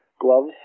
gloves